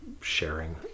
sharing